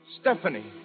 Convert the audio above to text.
Stephanie